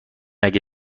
اگه